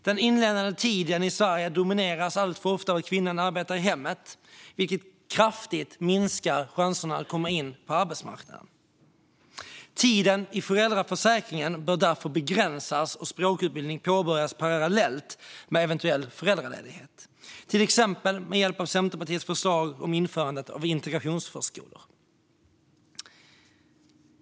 Den inledande tiden i Sverige domineras alltför ofta av att kvinnan arbetar i hemmet, vilket kraftigt minskar chanserna att komma in på arbetsmarknaden. Tiden i föräldraförsäkringen bör därför begränsas och språkutbildning påbörjas parallellt med eventuell föräldraledighet, till exempel med hjälp av Centerpartiets förslag om införande av integrationsförskolor.